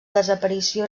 desaparició